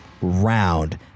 round